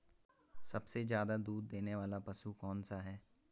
सबसे ज़्यादा दूध देने वाला पशु कौन सा है?